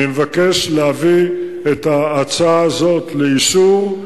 אני מבקש להביא את ההצעה הזאת לאישור,